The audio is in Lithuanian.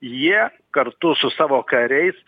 jie kartu su savo kariais